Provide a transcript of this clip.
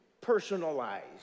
personalized